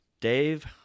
Dave